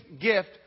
gift